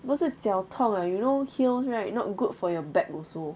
不是脚痛 leh you know heels right not good for your back also